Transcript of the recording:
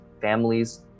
families